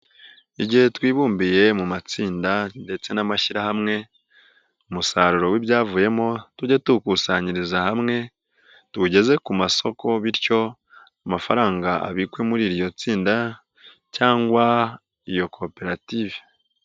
Igihe twibumbiye mu matsinda ndetse n'amashyirahamwe, umusaruro w'ibyavuyemo tujye tuwukusanyiriza hamwe tuwugeze ku masoko bityo amafaranga abikwe muri iryo tsinda, cyangwa iyo koperative.